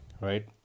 right